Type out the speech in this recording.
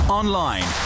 online